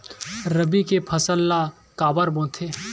रबी के फसल ला काबर बोथे?